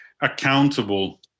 accountable